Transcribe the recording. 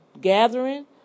gathering